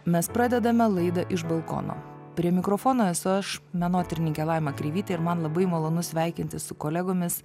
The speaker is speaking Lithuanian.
mes pradedame laidą iš balkono prie mikrofono esu aš menotyrininkė laima kreivytė ir man labai malonu sveikintis su kolegomis